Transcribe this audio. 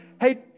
hey